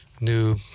new